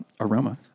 aroma